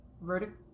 vertical